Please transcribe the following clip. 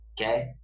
okay